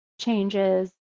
changes